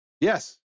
Yes